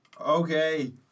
Okay